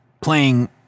playing